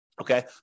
okay